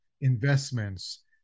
investments